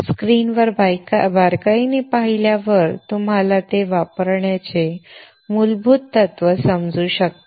स्क्रीनवर बारकाईने पाहिल्यावर तुम्हाला ते वापरण्याचे मूलभूत तत्त्व समजू शकते